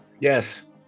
Yes